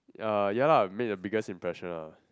ya ya lah make a biggest impression lah